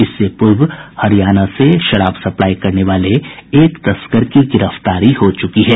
इससे पूर्व हरियाणा से शराब सप्लाई करने वाले एक तस्कर की गिरफ्तारी हो चुकी है